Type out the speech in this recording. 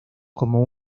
como